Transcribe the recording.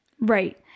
Right